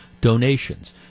donations